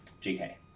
GK